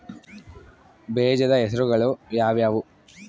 ಬೇಜದ ಹೆಸರುಗಳು ಯಾವ್ಯಾವು?